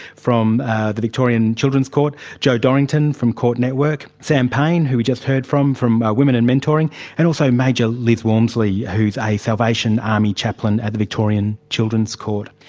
from the victorian children's court jo dorrington, from court network sam payne, who we just heard from from women and mentoring and also major liz walmsley, who is a salvation army chaplain at the victorian children's court.